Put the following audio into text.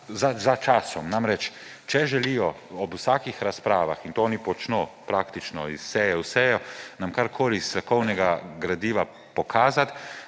za časom; namreč, če želijo ob vsakih razpravah – in to oni počno praktično iz seje v sejo – nam karkoli strokovnega gradiva pokazati,